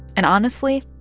and, honestly,